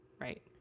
Right